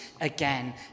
again